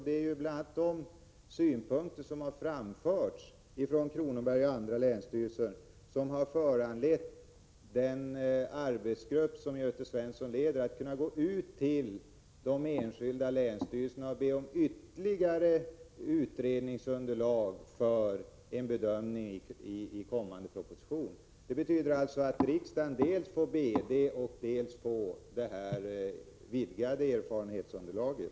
Det är bl.a. de synpunkter som har framförts från Kronobergs läns länsstyrelse och vissa andra länsstyrelser som har föranlett den arbetsgrupp som Göte Svenson leder att gå ut till övriga länsstyrelser och be om ytterligare utredningsunderlag för en bedömning inför kommande proposition. Det betyder att riksdagen får dels BD, dels det vidgade erfarenhetsunderlaget.